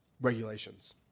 regulations